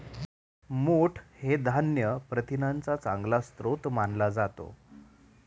मोठ हे धान्य प्रथिनांचा चांगला स्रोत मानला जातो